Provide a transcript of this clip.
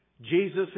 Jesus